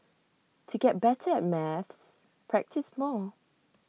to get better at maths practise more